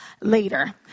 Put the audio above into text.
later